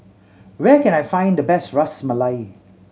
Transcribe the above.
where can I find the best Ras Malai